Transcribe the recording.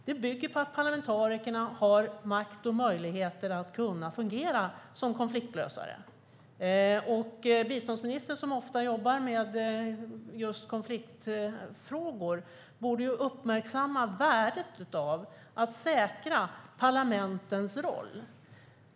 Det bygger på att parlamentarikerna har makt och möjligheter att fungera som konfliktlösare. Biståndsministern jobbar ofta med konfliktfrågor, och hon borde uppmärksamma värdet av att säkra parlamentens roll.